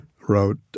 wrote